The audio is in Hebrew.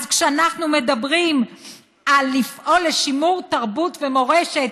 אז כשאנחנו מדברים על לפעול לשימור תרבות ומורשת,